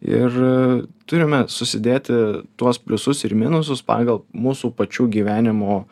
ir turime susidėti tuos pliusus ir minusus pagal mūsų pačių gyvenimo